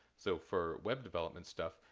so, for web development stuff,